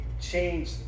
change